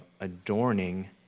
adorning